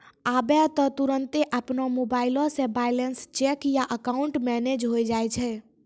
आबै त तुरन्ते अपनो मोबाइलो से बैलेंस चेक या अकाउंट मैनेज होय जाय छै